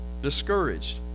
discouraged